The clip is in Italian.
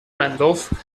randolph